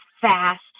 fast